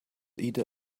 either